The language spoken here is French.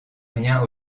rien